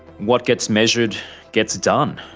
what gets measured gets done.